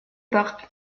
par